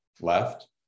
left